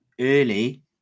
early